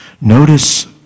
Notice